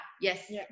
Yes